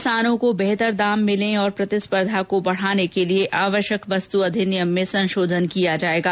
किसानों को बेहतर दाम मिलें और प्रतिस्पर्द्धा को बढाने के लिए आवश्यक वस्तु अधिनियम में संशोधन किया जाएगा